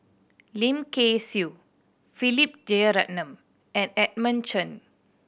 Lim Kay Siu Philip Jeyaretnam and Edmund Chen